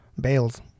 Bales